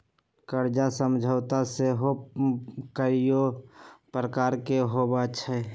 कर्जा समझौता सेहो कयगो प्रकार के होइ छइ